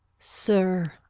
sir,